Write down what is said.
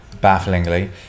bafflingly